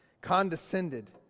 condescended